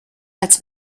als